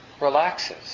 relaxes